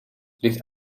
ligt